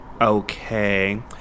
Okay